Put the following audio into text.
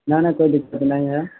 نہیں نہیں کوئی دقت نہیں ہے